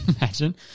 Imagine